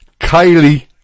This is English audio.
Kylie